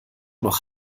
noch